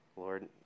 Lord